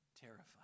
terrified